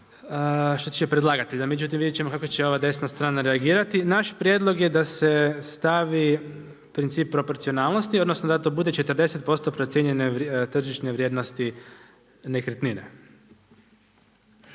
što će predlagatelj, no međutim vidjeti ćemo kako će ova desna reagirati. Naš prijedlog je da se stavi princip proporcionalnosti odnosno da to bude 40% procijenjene tržišne vrijednosti nekretnine.